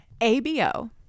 ABO